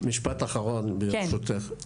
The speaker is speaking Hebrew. משפט אחרון ברשותך,